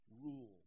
rule